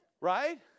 right